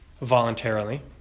voluntarily